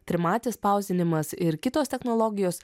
trimatis spausdinimas ir kitos technologijos